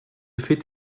fit